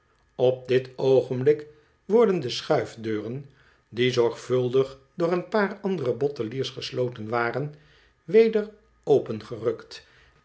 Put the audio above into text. op dit oogenblik worden de schuifdeuren die zorgvuldig door een paar andere botteliers gesloten waren weder